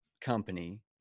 company